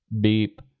beep